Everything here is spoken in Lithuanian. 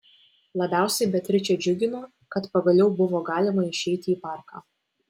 labiausiai beatričę džiugino kad pagaliau buvo galima išeiti į parką